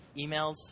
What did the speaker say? emails